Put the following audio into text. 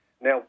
Now